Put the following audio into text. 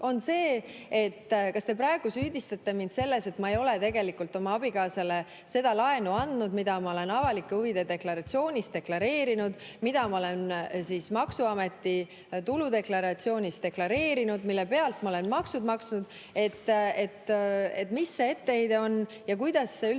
on see, et kas te praegu süüdistate mind selles, et ma ei ole tegelikult oma abikaasale seda laenu andnud, mida ma olen avalike huvide deklaratsioonis deklareerinud, mida ma olen maksuameti tuludeklaratsioonis deklareerinud, mille pealt ma olen maksud maksnud. Mis see etteheide on ja kuidas see üldse